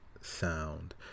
sound